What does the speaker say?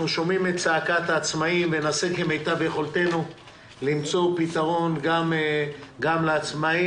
שומעים את צעקתם ונעשה כמיטב יכולתנו למצוא פתרון גם להם.